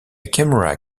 camera